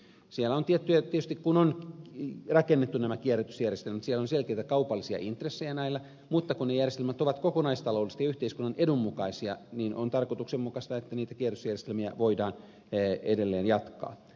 siellä on tietysti tiettyjä kun on rakennettu nämä kierrätysjärjestelmät selkeitä kaupallisia intressejä näillä mutta kun ne järjestelmät ovat kokonaistaloudellisesti yhteiskunnan edun mukaisia on tarkoituksenmukaista että niitä kierrätysjärjestelmiä voidaan edelleen jatkaa